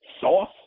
sauce